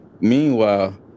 Meanwhile